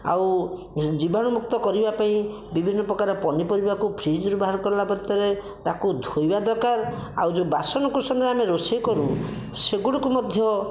ଆଉ ଜୀବାଣୁମୁକ୍ତ କରିବା ପାଇଁ ବିଭିନ୍ନ ପ୍ରକାର ପନିପରିବାକୁ ଫ୍ରିଜରୁ ବାହାର କରିଲା ଭିତରେ ତାକୁ ଧୋଇବା ଦରକାର ଆଉ ଯେଉଁ ବାସନ କୁସନ ଆମେ ରୋଷେଇ କରୁ ସେଗୁଡ଼ିକୁ ମଧ୍ୟ